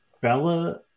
Bella